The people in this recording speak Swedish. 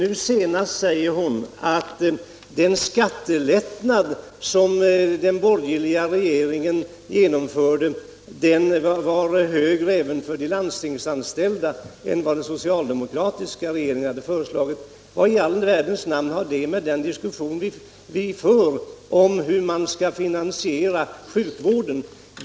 Nu senast sade hon att den skattelättnad som den borgerliga regeringen genomfört är högre även för de landstingsanställda än vad som skulle ha blivit fallet enligt den socialdemokratiska regeringens förslag. Vad i all världen har det att göra med diskussionen om hur man skall finansiera sjukvården?